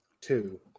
Two